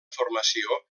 formació